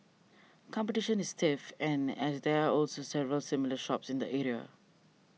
competition is stiff and as there are also several similar shops in the area